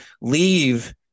leave